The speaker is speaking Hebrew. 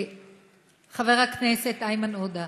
חבר הכנסת איימן עודה,